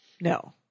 No